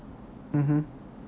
mmhmm